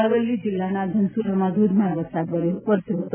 અરવલ્લી જિલ્લાના ધનસૂરામાં ધોધમાર વરસાદ વરસ્યો હતો